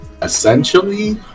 essentially